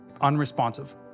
unresponsive